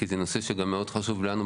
כי זה נושא שגם מאוד חשוב לנו.